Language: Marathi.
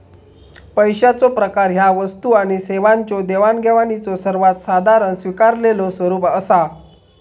पैशाचो प्रकार ह्या वस्तू आणि सेवांच्यो देवाणघेवाणीचो सर्वात साधारण स्वीकारलेलो स्वरूप असा